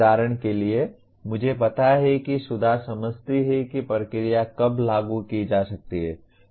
उदाहरण के लिए मुझे पता है कि सुधा समझती है कि प्रक्रिया कब लागू की जा सकती है